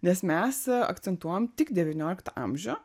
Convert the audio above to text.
nes mes akcentuojam tik devynioliktą amžių